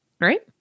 right